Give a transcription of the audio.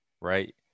right